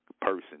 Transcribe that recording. person